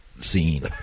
scene